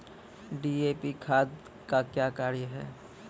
DAP खाद का क्या कार्य हैं?